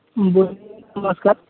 बोल नमस्कार